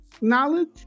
knowledge